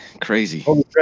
Crazy